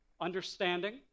Understanding